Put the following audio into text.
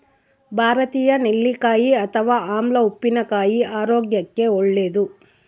ಭಾರತೀಯ ನೆಲ್ಲಿಕಾಯಿ ಅಥವಾ ಆಮ್ಲ ಉಪ್ಪಿನಕಾಯಿ ಆರೋಗ್ಯಕ್ಕೆ ಒಳ್ಳೇದು